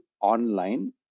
online